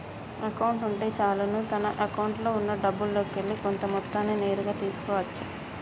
account ఉంటే చాలును తన అకౌంట్లో ఉన్నా డబ్బుల్లోకెల్లి కొంత మొత్తాన్ని నేరుగా తీసుకో అచ్చు